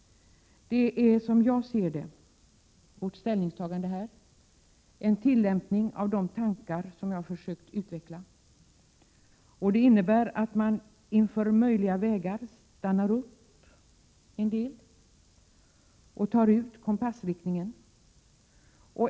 Vårt ställningstagande är, som jag ser det, en tillämpning av de tankar som jag har försökt utveckla. Det innebär att man inför möjliga vägar stannar upp ett slag och tar ut kompassriktningen.